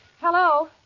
Hello